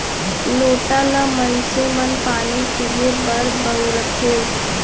लोटा ल मनसे मन पानी पीए बर बउरथे